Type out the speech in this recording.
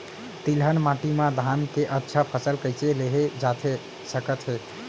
तिलहन माटी मा धान के अच्छा फसल कइसे लेहे जाथे सकत हे?